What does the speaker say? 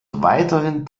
weiterhin